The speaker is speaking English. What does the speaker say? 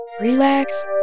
relax